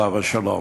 עליו השלום: